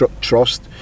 trust